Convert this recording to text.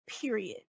period